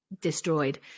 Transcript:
destroyed